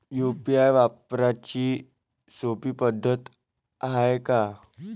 UPI वापराची सोपी पद्धत हाय का?